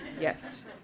yes